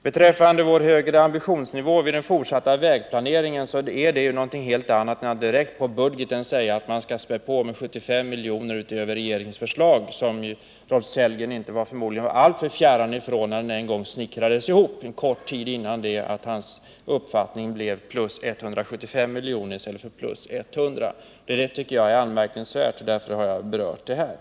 Beträffande vår högre ambitionsnivå i fråga om den fortsatta vägplaneringen innebär ju det någonting helt annat än att späda på budgeten med ytterligare 75 miljoner utöver regeringens förslag, en tanke som Rolf Sellgren inte är främmande för sedan han på kort tid ändrat uppfattning och anser att anslaget skall vara 175 miljoner i stället för 100 miljoner. Jag tycker detta är anmärkningsvärt, och därför har jag berört det här.